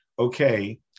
okay